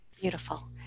Beautiful